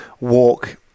walk